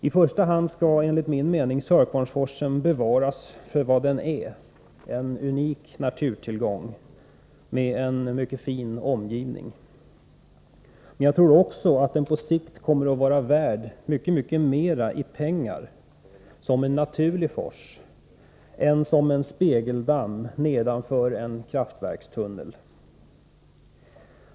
I första hand skall enligt min mening Sörkvarnsforsen bevaras för vad den är — en unik naturtillgång med en mycket fin omgivning. Men jag tror också att den på sikt kommer att vara värd mycket mer i pengar som en naturlig fors än som en spegeldamm nedanför en kraftverkstunnel.